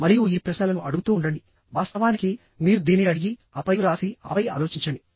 మరియు ఈ ప్రశ్నలను అడుగుతూ ఉండండి వాస్తవానికి మీరు దీన్ని అడిగి ఆపై వ్రాసి ఆపై ఆలోచించండి